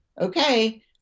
okay